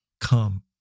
come